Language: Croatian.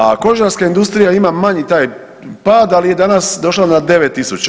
A kožarska industrija ima manji taj pad, ali je danas došla na 9.000.